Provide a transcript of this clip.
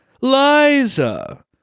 Liza